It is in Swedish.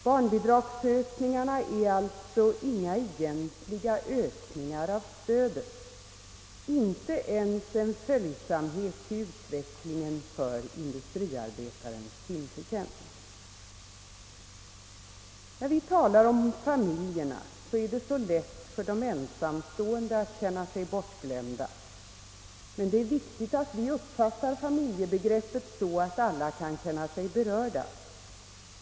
Barnbidragsökningarna är alltså inga egentliga ökningar av stödet, inte ens en följsamhet till utvecklingen för industriarbetarens timförtjänst. När vi talar om familjerna är det så lätt för de ensamstående att känna sig bortglömda, men det är viktigt att vi uppfattar familjebegreppet så att alla kan känna sig berörda.